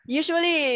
usually